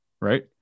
right